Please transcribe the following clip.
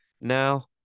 Now